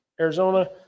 arizona